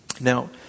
Now